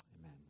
Amen